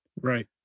Right